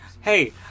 hey